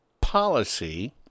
policy